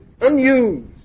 unused